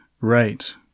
Right